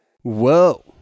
Whoa